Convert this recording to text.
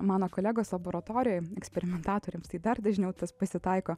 mano kolegoms laboratorijoje eksperimentatoriams tai dar dažniau pasitaiko